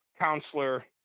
counselor